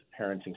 parenting